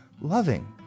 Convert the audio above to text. loving